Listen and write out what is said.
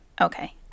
okay